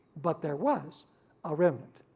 but there was a remnant.